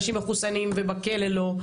אנשים מחוסנים ובכלא לא.